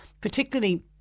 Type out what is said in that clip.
particularly